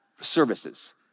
services